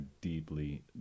deeply